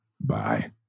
Bye